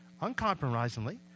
Uncompromisingly